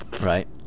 right